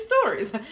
stories